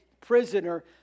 prisoner